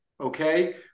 okay